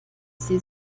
sie